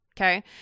okay